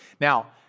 Now